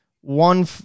one